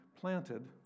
planted